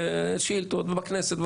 ושאילתות ובכנסת.